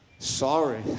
Sorry